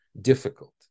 difficult